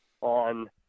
on